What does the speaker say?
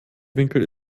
winkel